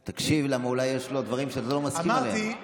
תקשיב, אולי יש לו דברים שאתה לא מסכים להם.